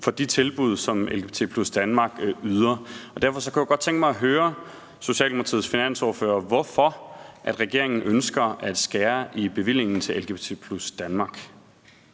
for de tilbud, som LGBT+ Danmark yder. Derfor kunne jeg godt tænke mig at høre Socialdemokratiets finansordfører, hvorfor regeringen ønsker at skære i bevillingen til LGBT+ Danmark.